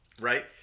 Right